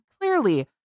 clearly